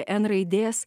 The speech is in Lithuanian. n raidės